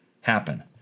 happen